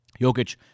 Jokic